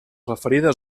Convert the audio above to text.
referida